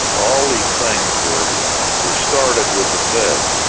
all these things were were started with the fed.